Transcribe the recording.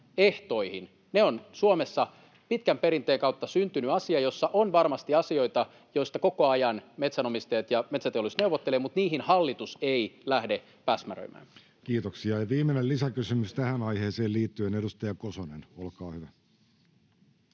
ovat Suomessa pitkän perinteen kautta syntynyt asia, jossa on varmasti asioita, joista koko ajan metsänomistajat ja metsäteollisuus neuvottelevat. Mutta niihin hallitus ei lähde päsmäröimään. Kiitoksia. — Viimeinen lisäkysymys tähän aiheeseen liittyen. — Edustaja Kosonen, olkaa hyvä.